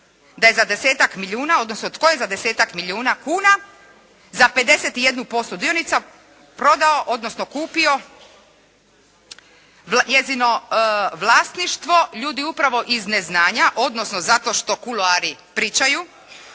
da je za desetak milijuna, odnosno tko je za desetak milijuna kuna, za 51% dionica prodao odnosno kupio njezino vlasništvo. Ljudi upravo iz neznanja, zato što kuloari pričaju,